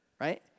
Right